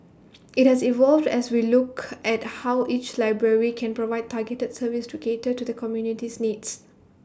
IT has evolved as we look at how each library can provide targeted services to cater to the community's needs